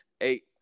eight